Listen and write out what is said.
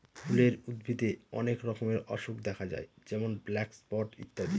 ফুলের উদ্ভিদে অনেক রকমের অসুখ দেখা যায় যেমন ব্ল্যাক স্পট ইত্যাদি